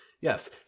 Yes